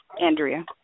Andrea